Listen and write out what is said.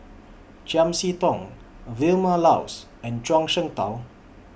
Chiam See Tong Vilma Laus and Zhuang Shengtao